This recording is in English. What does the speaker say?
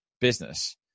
business